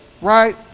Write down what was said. right